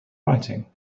writing